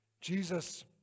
Jesus